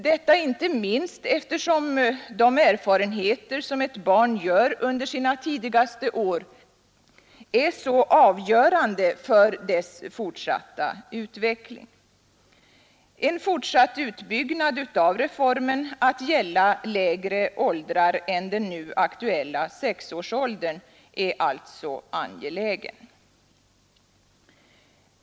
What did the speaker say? Detta inte minst eftersom de erfarenheter som ett barn gör under sina tidigaste år är så avgörande för dess fortsatta utveckling. En fortsatt utbyggnad av reformen att gälla lägre åldrar än den nu aktuella sexårsåldern är alltså angelägen.